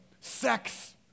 Sex